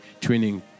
training